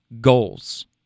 goals